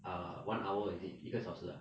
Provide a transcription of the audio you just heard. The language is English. err uh one hour is it 一个小时 ah